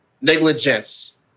negligence